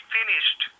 finished